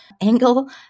angle